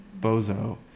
bozo